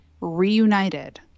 reunited